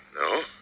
No